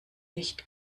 nicht